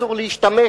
אסור להשתמש,